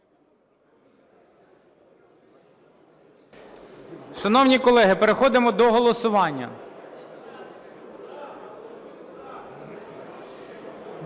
Дякую.